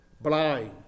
blind